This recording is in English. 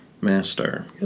master